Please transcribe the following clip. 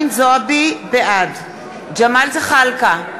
בעד ג'מאל זחאלקה,